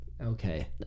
Okay